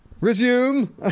Resume